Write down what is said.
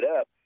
up